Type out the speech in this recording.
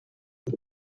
beth